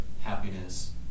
happiness